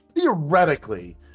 theoretically